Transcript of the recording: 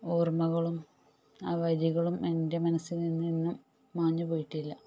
ഓർമ്മകളും ആ വരികളും എൻ്റെ മനസ്സിൽ നിന്നും മാഞ്ഞ് പോയിട്ടില്ല